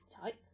type